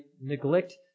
neglect